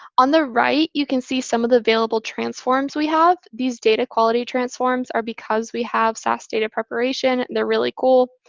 on the right, you can see some of the available transforms we have. these data quality transforms are because we have sas data preparation. they're really cool.